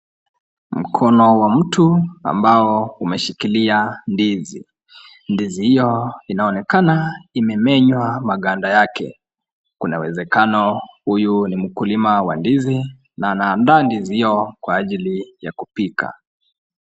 Mkono wa mtu ambao umeshikilia ndizi ,ndizi hiyo inaonekana imemenywa maganda yake ,Kuna uwezekano huyu ni mkulima wa ndizi na anaandaa ndizi hiyo kwa ajili ya kupika.